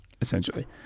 essentially